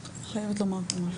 רק רציתי להוסיף משהו אחד,